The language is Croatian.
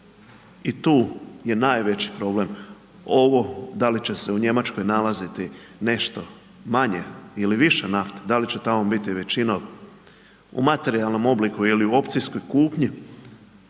I tu je najveći problem. Ovo da li će se u Njemačkoj nalaziti nešto manje ili više nafte, da li će tamo biti većinom u materijalnom obliku ili u opcijskoj kupnji